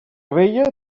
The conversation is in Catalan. vella